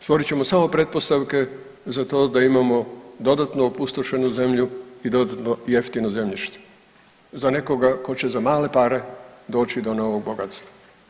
Stvorit ćemo samo pretpostavke za to da imamo dodatno opustošenu zemlju i dodatno jeftino zemljište za nekoga tko će za male pare doći do novog bogatstva.